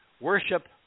worship